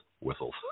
whistles